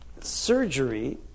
surgery